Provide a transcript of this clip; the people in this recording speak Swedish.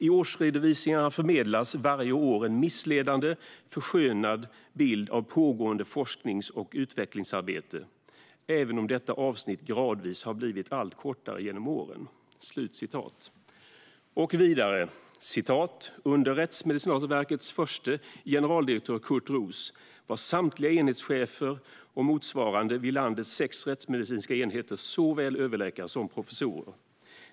I årsredovisningarna förmedlas varje år en missledande, förskönad bild av pågående forsknings och utvecklingsarbete, även om avsnittet gradvis blivit allt kortare genom åren." Vidare framgår följande: "Under RMVs förste GD Kurt Roos var samtliga enhetshefer/motsvarande vid landets sex rättsmedicinska enheter såväl överläkare som professor.